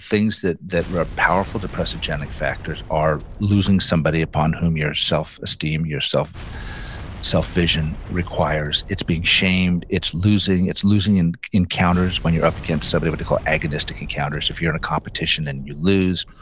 things that that are ah powerful depressogenic factors are losing somebody upon whom your self-esteem, your self-vision, requires. it's being shamed, it's losing it's losing and encounters when you're up against somebody, what they call agonistic encounters, if you're in a competition and you lose.